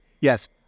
Yes